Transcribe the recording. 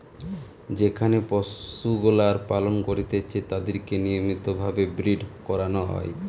যেখানে পশুগুলার পালন করতিছে তাদিরকে নিয়মিত ভাবে ব্রীড করানো হয়